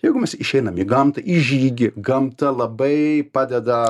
jeigu mes išeinam į gamtą į žygį gamta labai padeda